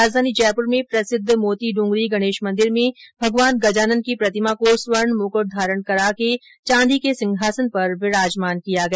राजधानी जयपुर में प्रसिद्ध मोती डूंगरी गणेश मंदिर में भगवान गजानन की प्रतिमा को स्वर्ण मुकृट धारण कराकर चांदी के सिंहासन पर विराजमान किया गया